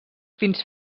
fins